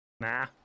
Nah